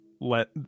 let